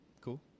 Cool